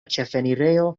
ĉefenirejo